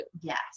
Yes